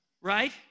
Right